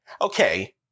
Okay